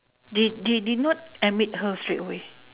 they they did not admit her straightaway